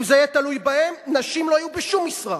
אם זה יהיה תלוי בהם, נשים לא יהיו בשום משרה.